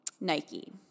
Nike